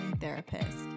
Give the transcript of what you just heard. therapist